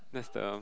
that's the